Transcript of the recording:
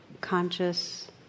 conscious